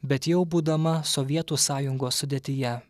bet jau būdama sovietų sąjungos sudėtyje